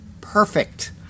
perfect